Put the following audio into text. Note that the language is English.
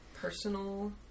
personal